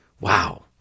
Wow